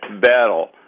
battle